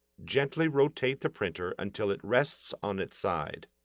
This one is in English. gently rotate the printer until it rests on its side.